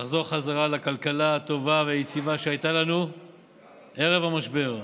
לחזור חזרה לכלכלה הטובה והיציבה שהייתה לנו ערב המשבר.